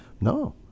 No